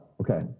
Okay